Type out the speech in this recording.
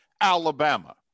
Alabama